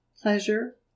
pleasure